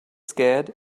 scared